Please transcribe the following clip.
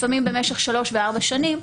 לפעמים במשך שלוש וארבע שנים.